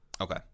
okay